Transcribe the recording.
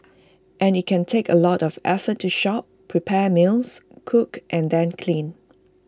and IT can take A lot of effort to shop prepare meals cook and then clean